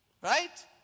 Right